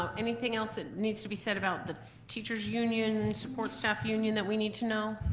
um anything else that needs to be said about the teacher's union, support staff union that we need to know?